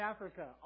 Africa